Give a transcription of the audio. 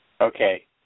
Okay